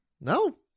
No